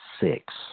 six